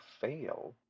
fail